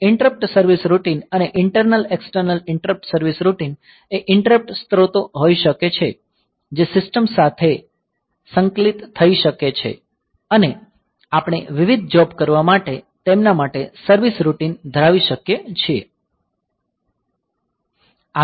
interrupt service routine અને internal external interrupt service routine એ interrupt સ્ત્રોતો હોઈ શકે છે જે સિસ્ટમ સાથે સંકલિત થઈ શકે છે અને આપણે વિવિધ જોબ કરવા માટે તેમના માટે સર્વીસ રૂટિન ધરાવી શકીએ છીએ